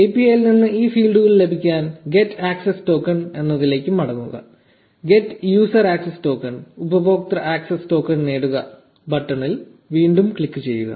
API ൽ നിന്ന് ഈ ഫീൽഡുകൾ ലഭിക്കാൻ 'get access token get access token എന്നതിലേക്ക് മടങ്ങുക get user access tokenഉപയോക്തൃ ആക്സസ് ടോക്കൺ നേടുക ബട്ടണിൽ വീണ്ടും ക്ലിക്കുചെയ്യുക